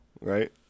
right